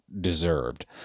deserved